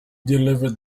delivered